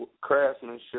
craftsmanship